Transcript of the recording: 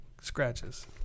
scratches